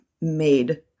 made